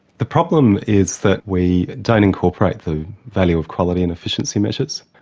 the problem is that we don't incorporate the value of quality in efficiency measures.